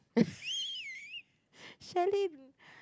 chalet